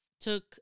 took